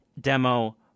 demo